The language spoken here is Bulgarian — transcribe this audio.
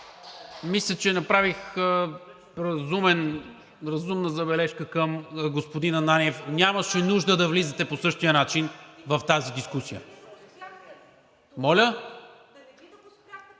мисля, че направих разумна забележка към господин Ананиев. Нямаше нужда да влизате по същия начин в тази дискусия. ДАНИ